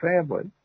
family